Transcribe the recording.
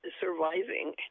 surviving